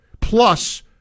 plus